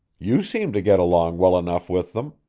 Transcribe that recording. you seem to get along well enough with them,